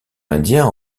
indien